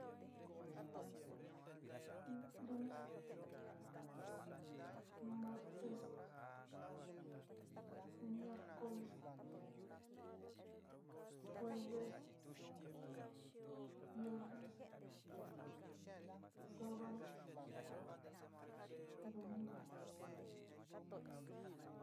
Lunes, martes, miercoles, jueves, viernes, sabado y domingo.